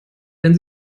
denn